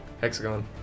Hexagon